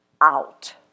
out